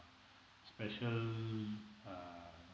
special uh